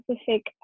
specific